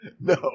No